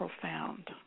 profound